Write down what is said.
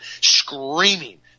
screaming